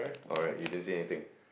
alright you didn't see anything